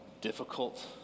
difficult